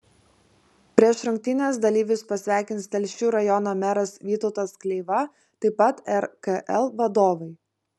prieš rungtynes dalyvius pasveikins telšių rajono meras vytautas kleiva taip pat rkl vadovai